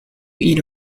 eat